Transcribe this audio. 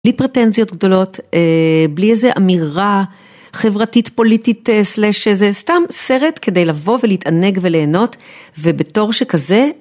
בלי פרטנזיות גדולות, בלי איזה אמירה חברתית פוליטית סלש זה סתם סרט כדי לבוא ולהתענג וליהנות ובתור שכזה